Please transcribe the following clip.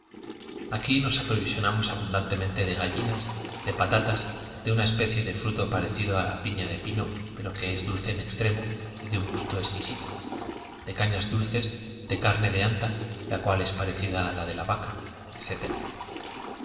aquí nos aprovisionamos abundantemente de gallinas de patatas de una especie de fruto parecido a ia pina de pino pero que es dulce en extremo y de un gusto exquisito de cañas dulces de carne de anta la cual es parecida a la de la vaca